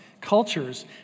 cultures